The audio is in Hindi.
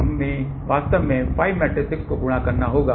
तो अब हमें वास्तव में 5 मेट्रिसेस को गुणा करना होगा